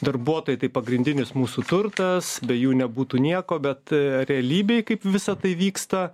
darbuotojai tai pagrindinis mūsų turtas be jų nebūtų nieko bet realybėj kaip visa tai vyksta